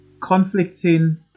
Conflicting